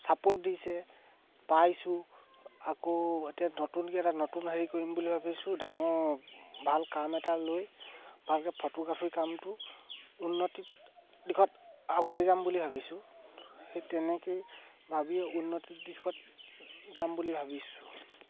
support দিছে পাইছোঁ আকৌ এতিয়া নতুনকে এটা নতুন হেৰি কৰিম বুলি ভাবিছোঁ ডাঙৰ ভাল কাম এটা লৈ ভালকে ফটোগ্ৰাফীৰ কামটো উন্নতি দিশত আগুৱাই যাম বুলি ভাবিছোঁ সেই তেনেকেই ভাবি উন্নতিৰ দিশত যাম বুলি ভাবিছোঁ